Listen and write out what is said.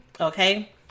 Okay